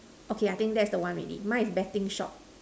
okay I think that's the one already mine is betting shop